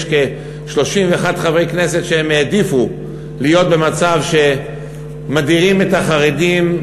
יש 31 חברי כנסת שהעדיפו להיות במצב שמדירים את החרדים.